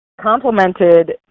complemented